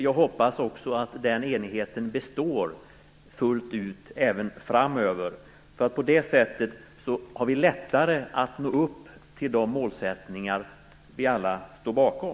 Jag hoppas också att den enigheten består fullt ut även framöver. På det sättet har vi lättare att nå de mål som vi alla står bakom.